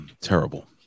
terrible